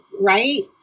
right